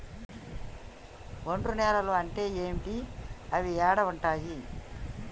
ఒండ్రు నేలలు అంటే ఏంటి? అవి ఏడ ఉంటాయి?